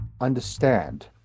understand